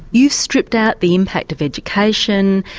you've stripped out the impact of education,